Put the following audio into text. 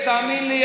ותאמין לי,